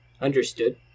Understood